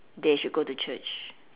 they should go to church